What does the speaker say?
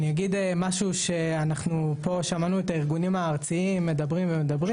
אני אגיד משהו שאנחנו פה שמענו את הארגונים הארציים מדברים ומדברים.